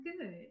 good